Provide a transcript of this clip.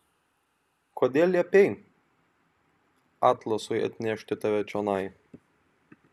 kodėl liepei atlasui atnešti tave čionai